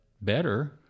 better